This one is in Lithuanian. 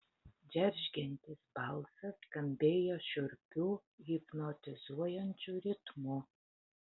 džeržgiantis balsas skambėjo šiurpiu hipnotizuojančiu ritmu